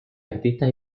artistas